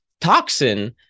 toxin